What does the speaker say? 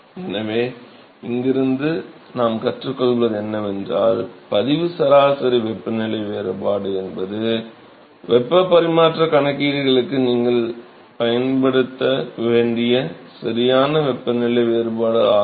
எனவே இங்கிருந்து நாம் கற்றுக்கொள்வது என்னவென்றால் பதிவு சராசரி வெப்பநிலை வேறுபாடு என்பது வெப்ப பரிமாற்ற கணக்கீடுகளுக்கு நீங்கள் பயன்படுத்த வேண்டிய சரியான வெப்பநிலை வேறுபாடு ஆகும்